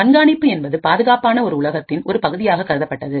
கண்காணிப்பு என்பது பாதுகாப்பான ஒரு உலகத்தின் ஒரு பகுதியாக கருதப்பட்டது